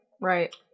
Right